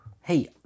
Hey